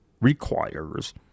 requires